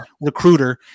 recruiter